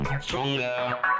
stronger